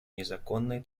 незаконной